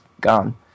gone